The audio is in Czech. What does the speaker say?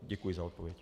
Děkuji za odpověď.